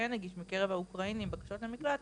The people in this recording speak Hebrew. שכן הגיש מקרב האוקראינים בקשות למקלט,